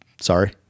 sorry